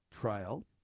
trial